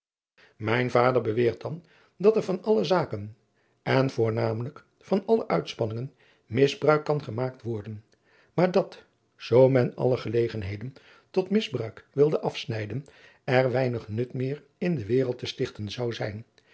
mijn vader beweert dan dat er van alle zaken en voornamelijk van alle uitspanningen misbruik kan gemaakt worden maar dat zoo men alle gelegenheden tot misbruik wilde afsnijden er weinig nut meer in de wereld te stichten zou zijn